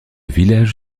village